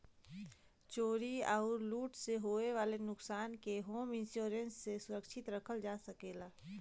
चोरी आउर लूट से होये वाले नुकसान के होम इंश्योरेंस से सुरक्षित रखल जा सकला